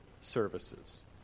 services